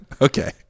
Okay